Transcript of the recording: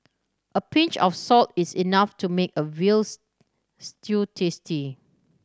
a pinch of salt is enough to make a stew tasty